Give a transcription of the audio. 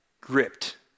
gripped